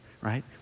right